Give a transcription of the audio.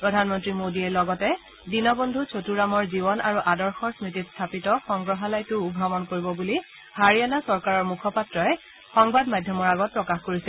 প্ৰধানমন্ত্ৰী মোডীয়ে লগতে দীনবন্ধ চটু ৰামৰ জীৱন আৰু আদৰ্শৰ স্মতিত স্থাপিত সংগ্ৰহালয়টোও ভ্ৰমণ কৰিব বুলি হাৰিয়ানা চৰকাৰৰ মুখপাত্ৰই সংবাদ মাধ্যমৰ আগত প্ৰকাশ কৰিছে